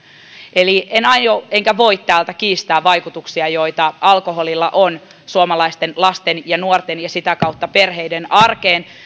eli en aio enkä voi täältä kiistää vaikutuksia joita alkoholilla on suomalaisten lasten ja nuorten ja sitä kautta perheiden arkeen